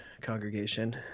congregation